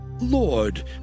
Lord